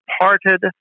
parted